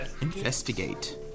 Investigate